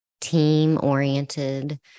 team-oriented